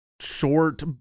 short